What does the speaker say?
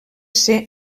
ser